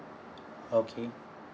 okay